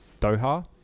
Doha